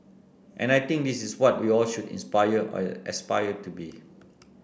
and I think this is what we all should inspire or aspire to be